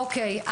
אוקי.